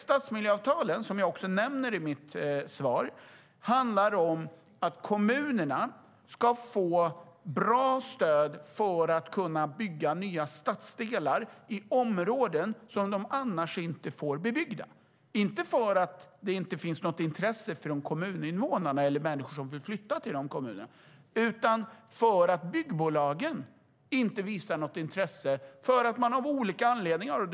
Stadsmiljöavtalen, som jag också nämner i mitt svar, handlar om att kommunerna ska få bra stöd för att kunna bygga nya stadsdelar i områden som de annars inte får bebyggda, inte för att det inte finns något intresse från kommuninvånarna eller från människor som vill flytta till kommunen, utan för att byggbolagen av olika anledningar inte visar något intresse.